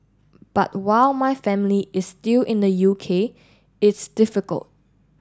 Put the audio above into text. but while my family is still in the U K it's difficult